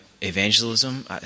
evangelism